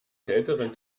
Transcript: kälteren